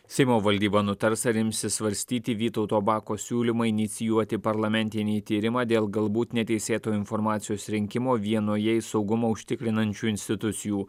seimo valdyba nutars ar imsis svarstyti vytauto bako siūlymą inicijuoti parlamentinį tyrimą dėl galbūt neteisėto informacijos rinkimo vienoje saugumą užtikrinančių institucijų